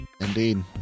indeed